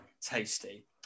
tasty